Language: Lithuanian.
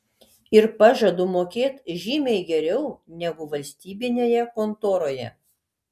ir pažadu mokėt žymiai geriau negu valstybinėje kontoroje